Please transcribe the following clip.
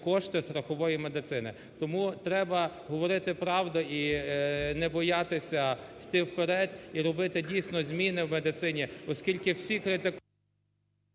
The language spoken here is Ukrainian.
кошти страхової медицини. Тому треба говорити правду і не боятися йти вперед і робити, дійсно, зміни в медицині, оскільки всі… ГОЛОВУЮЧИЙ.